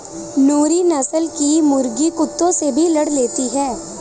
नूरी नस्ल की मुर्गी कुत्तों से भी लड़ लेती है